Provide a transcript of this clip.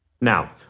Now